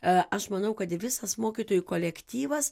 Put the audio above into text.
a aš manau kad visas mokytojų kolektyvas